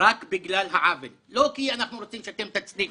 רק בגלל העוול, לא כי אנחנו רוצים שתצליחו.